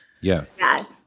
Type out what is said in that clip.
Yes